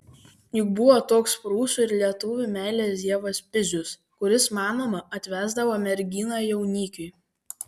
juk buvo toks prūsų ir lietuvių meilės dievas pizius kuris manoma atvesdavo merginą jaunikiui